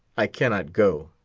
i cannot go,